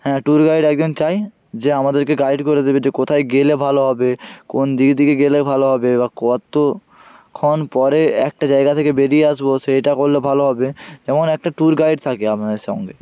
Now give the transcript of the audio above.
হ্যাঁ tour guide একজন চাই যে আমাদেরকে গাইড করে দেবে যে কোথায় গেলে ভালো হবে কোন দিকে দিকে গেলে ভালো হবে বা কত ক্ষণ পরে একটা জায়গা থেকে বেরিয়ে আসব সেইটা করলে ভালো হবে যেমন একটা ট্যুর গাইড থাকে আপনাদের সঙ্গে